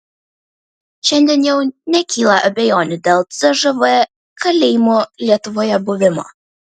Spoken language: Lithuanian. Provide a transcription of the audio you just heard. šiandien jau nekyla abejonių dėl cžv kalėjimų lietuvoje buvimo